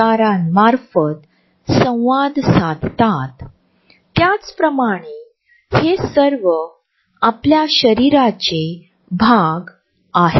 उदाहरणार्थलिफ्टमध्ये आपण निर्जीव वस्तूंकडे पाहू आणि इतरांशी नजरेने संपर्क साधून आम्ही लिफ्टची बटणे बघू ज्या मजल्याची संख्या दर्शविली जात आहे त्याकडे लक्ष देऊ विशिष्ट वस्तूकडे बघू